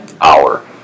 hour